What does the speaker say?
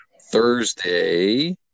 Thursday